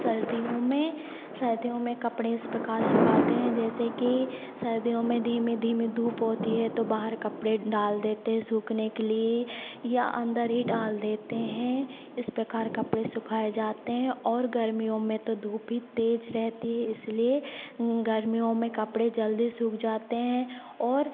सर्दियों में सर्दियों में कपड़े इस प्रकार सुखाते हैं जैसे कि सर्दियों में धीमे धीमे धूप होती है तो बाहर कपड़े डाल देते हैं सूखने के लिए या अन्दर ही डाल देते हैं इस प्रकार कपड़े सुखाए जाते हैं और गर्मियों में तो धूप भी तेज रहती है इसलिए गर्मियों में कपड़े जल्दी सूख जाते हैं और